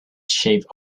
shape